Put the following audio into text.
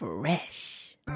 fresh